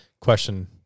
question